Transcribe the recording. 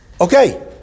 okay